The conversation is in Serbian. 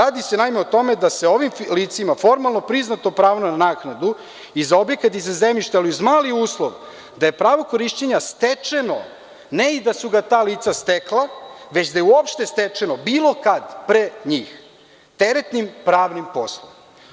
Naime, rado se o tome da je ovim licima formalno priznato pravo na naknadu i za objekat i za zemljište, ali uz mali uslov da je pravo korišćenja stečeno, ne i da su ga ta lica stekla, već da je uopšte stečeno bilo kad pre njih teretnim pravnim poslom.